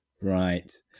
Right